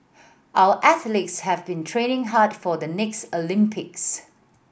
our athletes have been training hard for the next Olympics